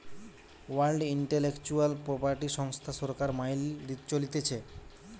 world intellectual property সংস্থা সরকার মাইল চলতিছে